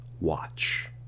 watch